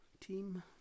team